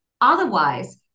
otherwise